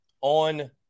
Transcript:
on